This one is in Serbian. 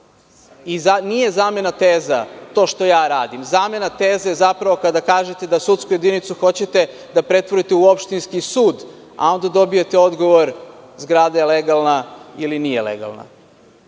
zamena teza to što radim. Zamena teze je zapravo kada kažete da sudsku jedinicu hoćete da pretvorite u opštinski sud, a onda dobijete odgovor - zgrada je legalna ili nije legalna.